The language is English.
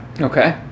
Okay